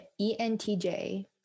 ENTJ